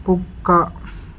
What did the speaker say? కుక్క